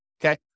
Okay